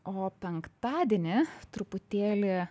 o penktadienį truputėlį